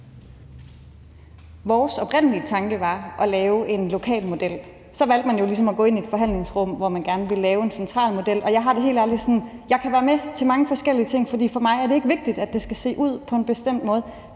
Vores oprindelige tanke var at lave en lokal model. Så valgte man jo ligesom at gå ind i et forhandlingsrum, hvor man gerne ville lave en central model, og jeg har det helt ærligt sådan, at jeg kan være med til mange forskellige ting, for for mig er det ikke vigtigt, at det skal se ud på en bestemt måde.